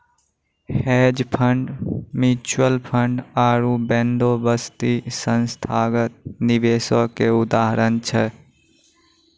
hedge fund, mutual fund आरु बंदोबस्ती संस्थागत निवेशको के उदाहरण छै